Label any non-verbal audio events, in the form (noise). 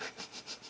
(laughs)